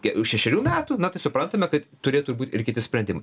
ke už šešerių metų na tai suprantame kad turėtų būt ir kiti sprendimai